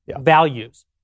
values